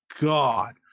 god